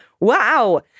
Wow